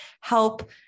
help